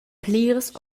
pliras